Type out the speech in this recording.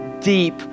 deep